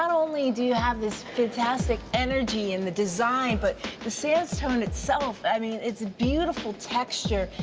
but only do you have this fantastic energy in the design, but the system in itself, i mean, it's beautiful texture.